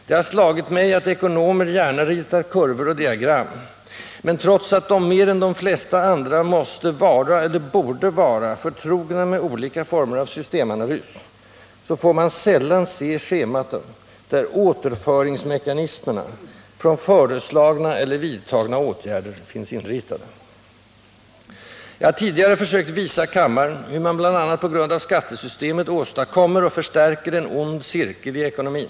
Det har slagit mig, att ekonomer gärna ritar kurvor och diagram, men trots att de mer än de flesta andra måste vara, eller borde vara, förtrogna med olika former av systemanalys, så får man sällan se schemata, där återföringsmekanismerna från föreslagna eller vidtagna åtgärder finns inritade. Jag har tidigare försökt visa kammaren, hur man bl.a. på grund av skattesystemet åstadkommer och förstärker en ond cirkel i ekonomin.